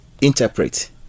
interpret